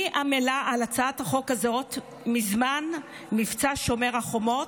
אני עמלה על הצעת החוק הזאת מזמן מבצע שומר החומות,